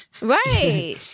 right